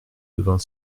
devint